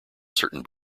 certain